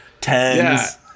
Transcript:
tens